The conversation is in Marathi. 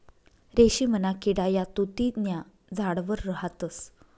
रेशीमना किडा या तुति न्या झाडवर राहतस